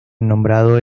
nombrado